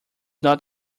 not